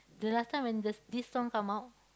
the last time when the this song come out